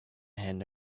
hand